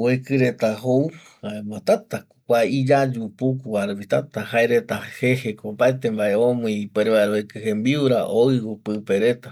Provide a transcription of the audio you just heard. oeki reta jou jaema tätako iyayu pukuva rupiko täta jae reta jejeko opaete mbae omii ipuere vaera oeki jembiura, oiu pipe reta